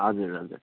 हजुर हजुर